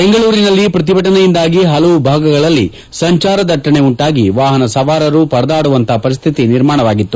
ಬೆಂಗಳೂರಿನಲ್ಲಿ ಪ್ರತಿಭಟನೆಯಿಂದಾಗಿ ಹಲವು ಭಾಗಗಳಲ್ಲಿ ಸಂಚಾರ ದಟ್ಟಣೆ ಉಂಟಾಗಿ ವಾಹನ ಸವಾರರು ಪರದಾದುವಂತಹ ಪರಿಸ್ಥಿತಿ ನಿರ್ಮಾಣವಾಗಿತ್ತು